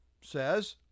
says